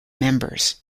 members